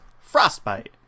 frostbite